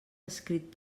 escrit